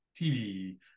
TV